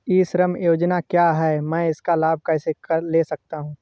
ई श्रम योजना क्या है मैं इसका लाभ कैसे ले सकता हूँ?